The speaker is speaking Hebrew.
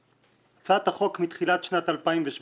הצעת החוק מתחילת שנת 2017